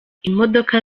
imodoka